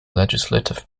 legislative